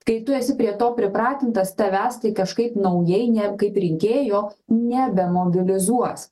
kai tu esi prie to pripratintas tavęs tai kažkaip naujai ne kaip rinkėjo nebemobilizuos